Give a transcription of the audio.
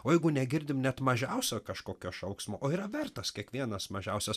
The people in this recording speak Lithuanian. o jeigu negirdim net mažiausio kažkokio šauksmo o yra vertas kiekvienas mažiausias